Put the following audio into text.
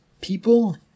people